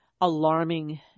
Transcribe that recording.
alarming